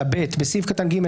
(ב)בסעיף קטן (ג),